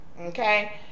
Okay